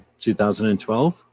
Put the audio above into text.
2012